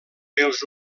els